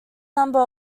number